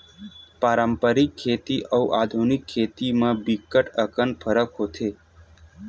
पारंपरिक खेती अउ आधुनिक खेती म बिकट अकन फरक होथे